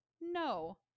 no